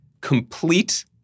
complete